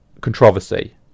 controversy